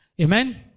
Amen